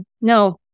No